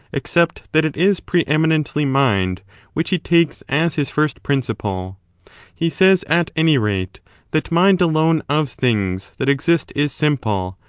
except that it is preeminently mind which he takes as his first principle he says at any rate that mind alone of things that exist is simple,